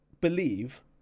believe